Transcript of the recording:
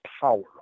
power